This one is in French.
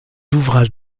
ouvrages